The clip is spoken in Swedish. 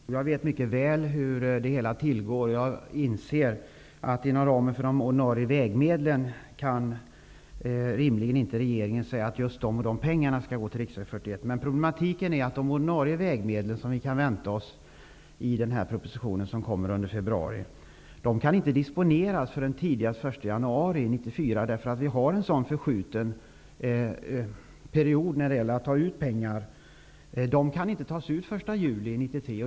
Herr talman! Jag vet mycket väl hur det hela tillgår och inser att regeringen inom ramen för de ordinarie vägmedlen rimligen inte exakt kan säga vilka pengar som skall gå till riksväg 41. Problemet är att de ordinarie vägmedel som vi kan vänta oss i den proposition som läggs fram i februari inte kan disponeras förrän tidigast den 1 januari 1994 på grund av tidsförskjutningen. Pengarna kan alltså inte lyftas den 1 juli 1993.